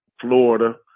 Florida